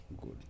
good